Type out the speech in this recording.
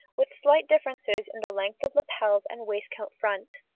with slight differences in the length of lapels and waistcoat front.